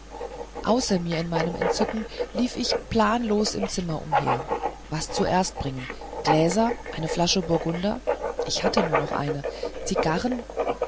außer mir in meinem entzücken lief ich planlos im zimmer umher was zuerst bringen gläser eine flasche burgunder ich hatte doch nur eine zigarren